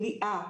בליעה,